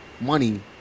money